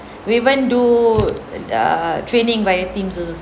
we even do err training via teams also some